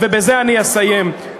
אתה לא, אגב,